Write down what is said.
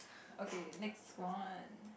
okay next one